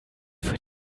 für